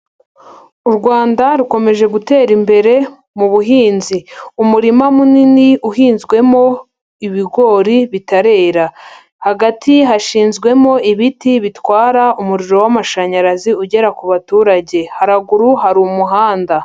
U Rwanda rukomeje gutera imbere mu buhinzi. Umurima munini uhinzwemo ibigori bitarera. Hagati hashinzwemo ibiti bitwara umuriro w'amashanyarazi ugera ku baturage. Haraguru hari umuhanda.